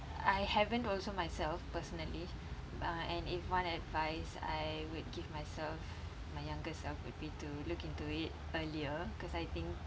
I haven't also myself personally uh and if one advice I would give myself my younger self would be to look into it earlier because I think